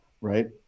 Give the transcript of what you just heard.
right